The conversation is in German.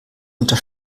unter